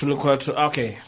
Okay